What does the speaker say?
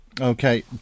Okay